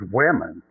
women